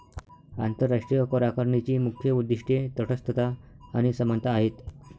आंतरराष्ट्रीय करआकारणीची मुख्य उद्दीष्टे तटस्थता आणि समानता आहेत